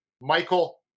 Michael